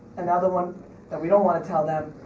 another one that we don't wanna tell them,